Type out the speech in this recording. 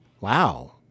Wow